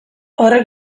horrek